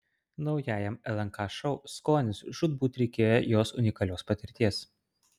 naujajam lnk šou skonis žūtbūt reikėjo jos unikalios patirties